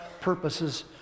purposes